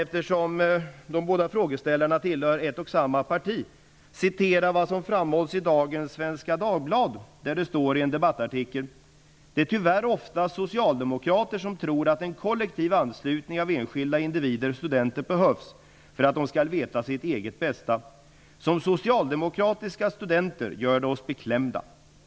Eftersom de båda frågeställarna tillhör ett och samma parti vill jag citera vad som framhålls i dagens Svenska Dagbladet. Där står det i en debattartikel: ''Det är tyvärr oftast socialdemokrater som tror att en kollektiv anslutning av enskilda individer behövs för att de skall veta sitt eget bästa. Som socialdemokratiska studenter gör det oss beklämda.